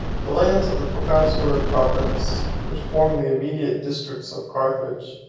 the lands of the proconsular province, which formed the immediate district of carthage,